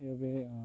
সেইবাবে